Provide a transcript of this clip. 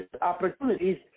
opportunities